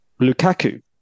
Lukaku